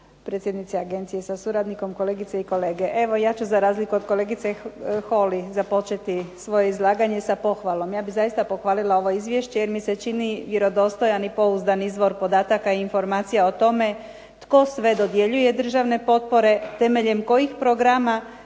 predsjednice agencije sa suradnikom, kolegice i kolege. Evo ja ću za razliku od kolege Holy započeti svoje izlaganje sa pohvalom. Ja bi zaista pohvalila ovo izvješće jer mi se čini vjerodostojan i pouzdan izvor podataka i informacija o tome tko sve dodjeljuje državne potpore, temeljem kojih programa,